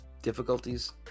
Difficulties